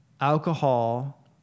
alcohol